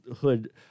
hood